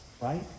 right